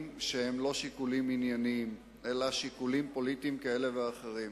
שהם לא שיקולים ענייניים אלא שיקולים פוליטיים כאלה ואחרים.